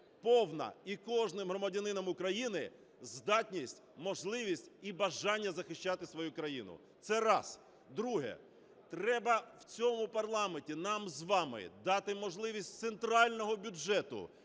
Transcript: повна і кожним громадянином України здатність, можливість і бажання захищати свою країну. Це раз. Друге. Треба в цьому парламенті нам з вами дати можливість із центрального бюджету